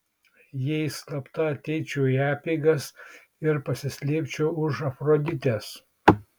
jei slapta ateičiau į apeigas ir pasislėpčiau už afroditės